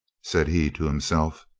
said he to himself.